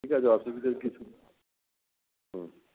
ঠিক আছে অসুবিধের কিছু নেই হুম